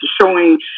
showing